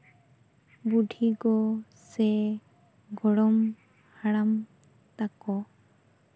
ᱵᱩᱰᱷᱤ ᱜᱚ ᱥᱮ ᱜᱚᱲᱚᱢ ᱦᱟᱲᱟᱢ ᱛᱟᱠᱚ